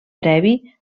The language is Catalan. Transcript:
previ